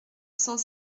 cent